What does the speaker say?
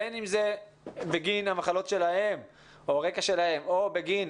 בין אם זה בגין המחלות שלהם או רקע שלהם או בגין